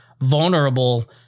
vulnerable